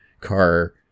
car